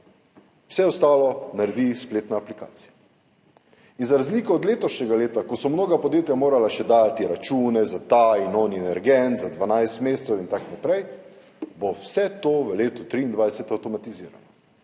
vse ostalo naredi spletna aplikacija. Za razliko od letošnjega leta, ko so mnoga podjetja še morala dajati račune za ta in oni energent za 12 mesecev in tako naprej, bo vse to v letu 2023 avtomatizirano.